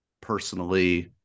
personally